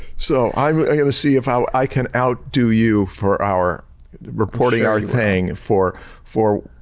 so, i'm going to see if i i can outdo you for our reporting our thing for for